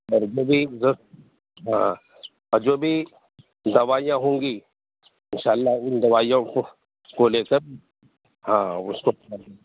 گھر پہ بھی جب ہاں آ جو بھی دوائیاں ہوں گی ان شاء اللہ ان دوائیوں کو کو لے کر ہاں اس کو کھا لیں گے